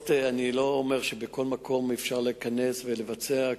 אני לא אומר שבכל מקום אפשר להיכנס ולבצע,